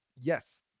Yes